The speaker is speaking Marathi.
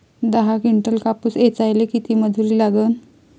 दहा किंटल कापूस ऐचायले किती मजूरी लागन?